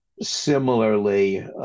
similarly